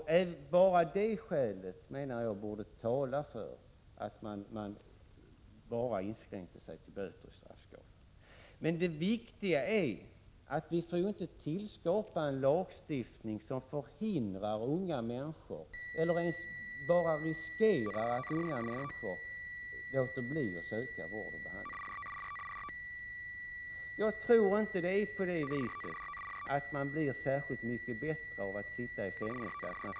Enbart det skälet, menar jag, borde tala för att man inskränker sig till straffskalan för böter. Det viktiga är att vi inte skapar en lagstiftning som förhindrar eller på något sätt riskerar att unga människor låter bli att söka vård och behandlingsinsatser. Jag tror inte man blir bättre eller får hejd på sitt missbruk av att sitta i fängelse.